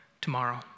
tomorrow